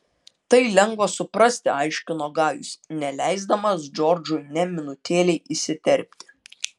tai lengva suprasti aiškino gajus neleisdamas džordžui nė minutėlei įsiterpti